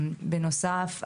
בנוסף,